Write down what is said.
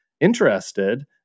interested